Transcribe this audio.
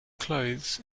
clothes